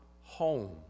home